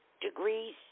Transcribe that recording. degrees